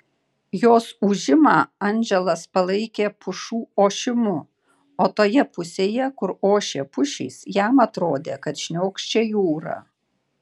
jos ūžimą andželas palaikė pušų ošimu o toje pusėje kur ošė pušys jam atrodė kad šniokščia jūra